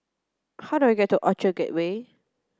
how do I get to Orchard Gateway